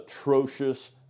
atrocious